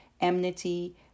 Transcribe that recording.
enmity